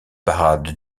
parades